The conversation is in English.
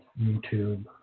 YouTube